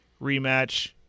rematch